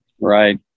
Right